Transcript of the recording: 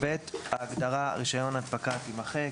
ההגדרה "רישיון הנפקה" תימחק.